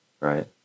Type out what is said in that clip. Right